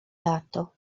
lato